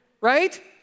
Right